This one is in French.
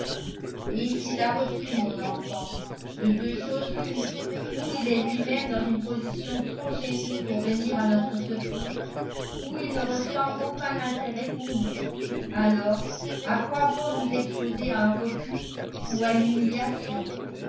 et s'il l'a reçue mon enfant de deux choses l'une ou il est lui-même dans une position trop gênée pour venir à notre secours ou il ne ressent aucun intérêt pour nous alors à quoi bon nous exposer à un refus ou à une humiliation